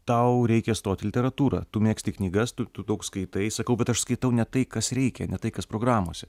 tau reikia stoti į literatūrą tu mėgsti knygas tu tu daug skaitai sakau bet aš skaitau ne tai kas reikia ne tai kas programose